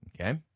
Okay